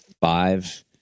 five